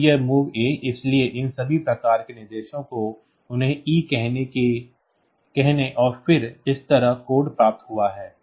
तो यह MOV A इसलिए इन सभी प्रकार के निर्देशों को उन्हें E कहने और फिर इस तरह कोड प्राप्त हुआ है